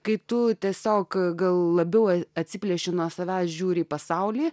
kai tu tiesiog gal labiau atsiplėšiu nuo savęs žiūri į pasaulį